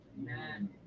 Amen